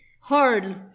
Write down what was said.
hard